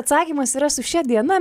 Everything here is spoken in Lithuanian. atsakymas yra su šia diena